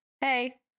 hey